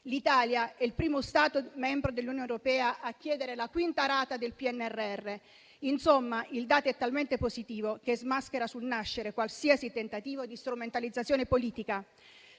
L'Italia è il primo Stato membro dell'Unione europea a chiedere la quinta rata del PNRR. Insomma, il dato è talmente positivo che smaschera sul nascere qualsiasi tentativo di strumentalizzazione politica.